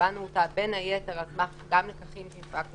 קבענו אותה בין היתר גם על סמך לקחים שהפקנו,